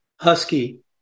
husky